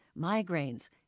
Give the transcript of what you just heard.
migraines